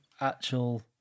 actual